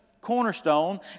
cornerstone